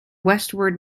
westward